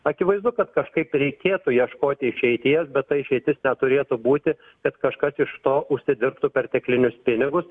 akivaizdu kad kažkaip reikėtų ieškoti išeities bet ta išeitis neturėtų būti kad kažkas iš to užsidirbtų perteklinius pinigus